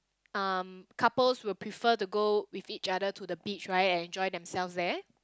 um couples would prefer to go with each other to the beach right and enjoy themselves there